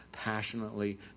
Passionately